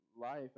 life